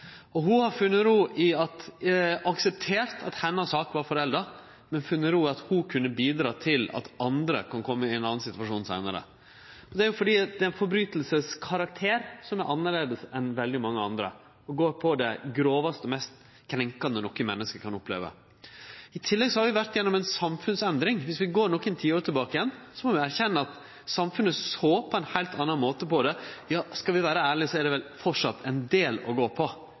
var ho klar til å gjere det. Ho har akseptert at hennar sak var forelda, men har funne ro i at ho kunne bidra til at andre kan kome i ein annan situasjon seinare. Dette er fordi lovbrotet har ein annan karakter enn veldig mange andre. Dette gjeld det grovaste, mest krenkande noko menneske kan oppleve. I tillegg har vi vore gjennom ein samfunnsendring. Vi må erkjenne at for nokre tiår tilbake såg samfunnet på dette på ein heilt annan måte. Skal vi vere ærlege, er det vel ein del å gå på